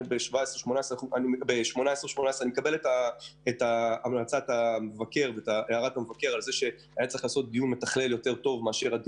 אני מקבל את הערת המבקר על נושא התכלול שהיה